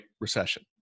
recession